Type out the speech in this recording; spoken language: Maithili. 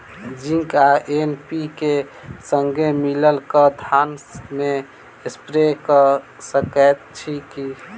जिंक आ एन.पी.के, संगे मिलल कऽ धान मे स्प्रे कऽ सकैत छी की?